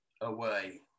away